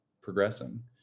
progressing